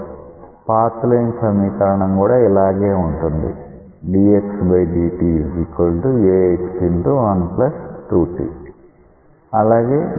path line సమీకరణం కూడా ఇలాగే ఉంటుంది dxdtax12tఅలాగే dydt